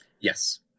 Yes